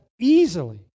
easily